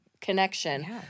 connection